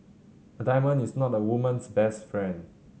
a diamond is not a woman's best friend